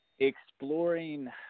exploring